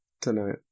tonight